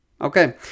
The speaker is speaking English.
Okay